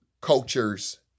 cultures